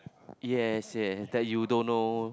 yes yes that you don't know